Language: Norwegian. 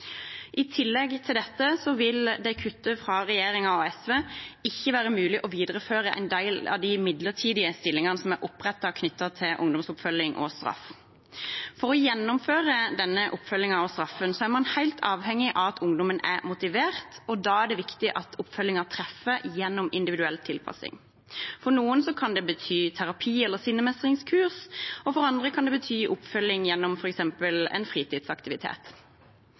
I tillegg til dette vil det med kuttet fra regjeringen og SV ikke være mulig å videreføre en del av de midlertidige stillingene som er opprettet knyttet til ungdomsoppfølging og ungdomsstraff. For å gjennomføre denne oppfølgingen og straffen er man helt avhengig av at ungdommen er motivert, og da er det viktig at oppfølgingen treffer gjennom individuell tilpasning. For noen kan det bety terapi eller sinnemestringskurs, og for andre kan det bety oppfølging gjennom f.eks. en fritidsaktivitet.